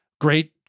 great